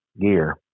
gear